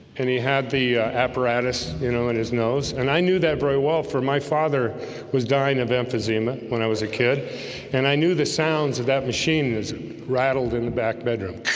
and he had the apparatus you know in his nose, and i knew that very well for my father was dying of emphysema when i was a kid and i knew the sounds of that machine is rattled in the back bedroom